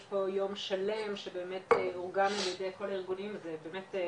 יש פה יום שלם שבאמת אורגן על ידי כל הארגונים ובאמת,